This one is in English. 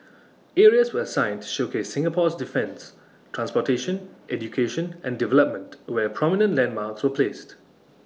areas were assigned to showcase Singapore's defence transportation education and development where prominent landmarks were placed